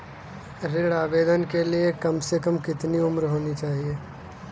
ऋण आवेदन के लिए कम से कम कितनी उम्र होनी चाहिए?